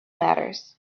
matters